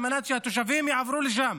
על מנת שהתושבים יעברו לשם.